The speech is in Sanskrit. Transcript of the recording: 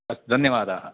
अस्तु धन्यवादाः